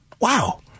wow